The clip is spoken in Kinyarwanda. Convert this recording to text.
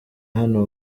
hano